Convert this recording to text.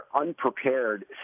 unprepared